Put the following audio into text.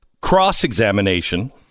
cross-examination